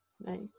Nice